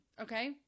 okay